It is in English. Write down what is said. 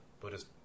Buddhist